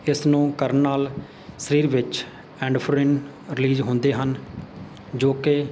ਇਸਨੂੰ ਕਰਨ ਨਾਲ ਸਰੀਰ ਵਿੱਚ ਐਂਡਫਰਿੰਨ ਰਿਲੀਜ਼ ਹੁੰਦੇ ਹਨ ਜੋ ਕਿ